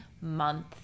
month